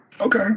Okay